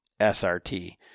SRT